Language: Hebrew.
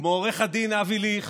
כמו עו"ד אבי ליכט,